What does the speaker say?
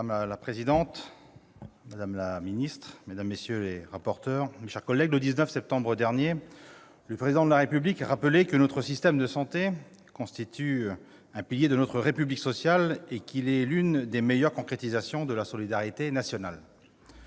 Madame la présidente, madame la ministre, madame, monsieur les rapporteurs, mes chers collègues, le 19 septembre dernier, le Président de la République rappelait que notre système de santé constitue un pilier de notre République sociale et qu'il est l'une des meilleures concrétisations de la solidarité nationale.